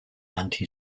anti